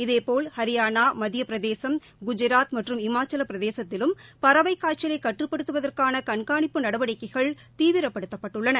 இதேபோல் ஹரியானா மத்திய பிரதேஷ் குஜராத் மற்றும் இமாச்சல பிரதேசத்திலும் பறவைக் காய்ச்சலை கட்டுப்படுத்துவதற்கான கண்காணிப்பு நடவடிக்கைகள் தீவிரப்படுத்தப்பட்டுள்ளன